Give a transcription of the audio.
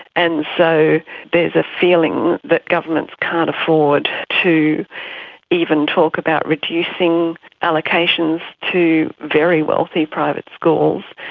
and so there's a feeling that governments can't afford to even talk about reducing allocations to very wealthy private schools,